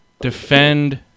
defend